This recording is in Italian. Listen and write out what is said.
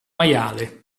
maiale